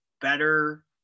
better